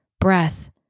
breath